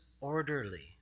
orderly